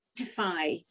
identify